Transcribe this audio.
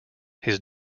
his